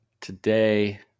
Today